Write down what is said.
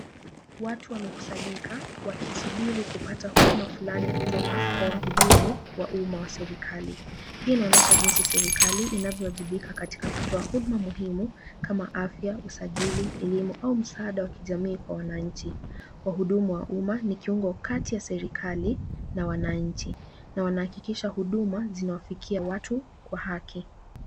Watu wamekusanyika wakisuburi kupata huduma fulani kutoka kwa wahudumu wa umma wa serikali. Hii inaonesha jinsi serikali inavyowajibika katika kutoa huduma muhimu kama afya, usajili, elimu au msaada wa kijamii kwa wananchi. Wahudumu wa umma ni kiungo kati ya serikali na wananchi na wanahakikisha huduma zinawafikia watu kwa haki.